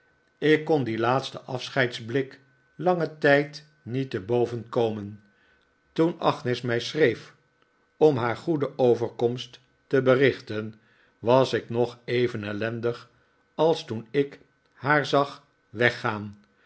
ik kon dien laatsteii afscheidsblik langen tijd niet te boven komen toen agnes mij schreef om mij haar goede overkomst te berichten was ik nog even ellendig als toen ik haar zag weggaan